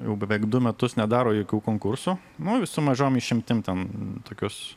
jau beveik du metus nedaro jokių konkursų nu su mažom išimtim ten tokius